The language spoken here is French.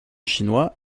chinois